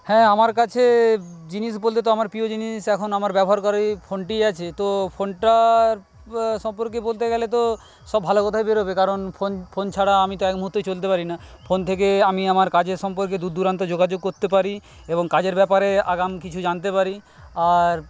হ্যাঁ আমার কাছে জিনিস বলতে তো আমার প্রিয় জিনিস এখন আমার ব্যবহার করে ফোনটি আছে তো ফোনটার সম্পর্কে বলতে গেলে তো সব ভালো কথাই বেরোবে কারণ ফোন ফোন ছাড়া আমি তো এক মুহূর্ত চলতে পারি না ফোন থেকে আমি আমার কাজের সম্পর্কে দূর দূরান্ত যোগাযোগ করতে পারি এবং কাজের ব্যাপারে আগাম কিছু জানতে পারি আর